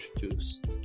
introduced